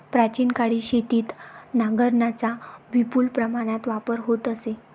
प्राचीन काळी शेतीत नांगरांचा विपुल प्रमाणात वापर होत असे